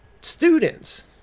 students